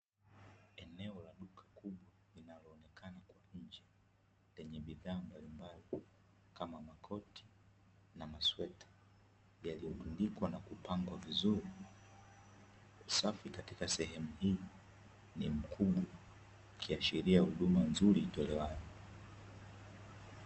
Eneo la duka kubwa linaloonekana kwa nje, lenye bidhaa mbalimbali kama; makoti na masweta yaliyotundikwa na kupangwa vizuri. Usafi katika sehemu hii ni mkubwa, ukiashiria huduma nzuri itolewayo.